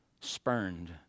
spurned